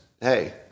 hey